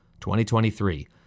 2023